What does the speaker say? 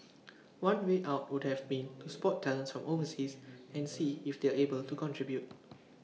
one way out would have been to spot talents from overseas and see if they're able to contribute